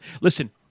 Listen